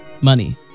money